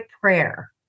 prayer